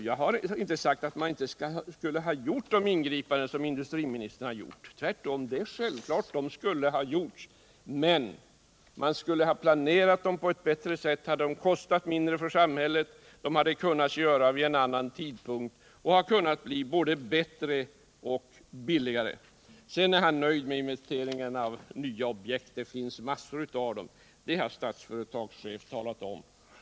Jag har inte sagt att industriministern inte borde ha gjort de ingripanden som han har gjort. Tvärtom skulle de självklart ha gjorts. Men man skulle ha planerat dem på ett bättre sätt, så att det kostat mindre för samhället. De kunde ha gjorts vid en annan tidpunkt och blivit både bättre och billigare. Fritz Börjesson är nöjd med inventeringen av nya objekt. Det finns massor av sådana. Det har Statsföretags chef talat om.